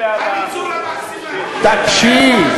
תקשיב.